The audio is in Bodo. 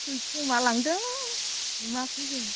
थैखोमालांदों नुवाखै जों